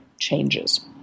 changes